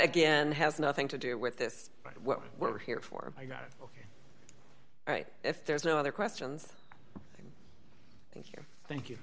again has nothing to do with this what we're here for i got it right if there's no other questions thank you thank you